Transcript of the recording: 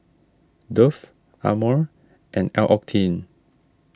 Dove Amore and L'Occitane